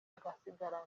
agasigarana